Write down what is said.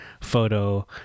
photo